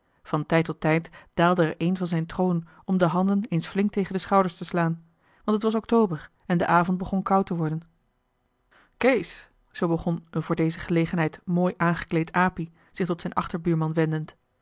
van tijd tot tijd daalde er een van zijn troon om de handen eens flink tegen de schouders te slaan want het was october en de avond begon koud te worden kees zoo begon een voor deze gelegenheid mooi aangekleed apie zich tot zijn achterbuurman wendend